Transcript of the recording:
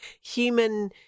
human